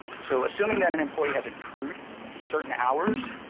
so assuming that an employee has accrued certain hours,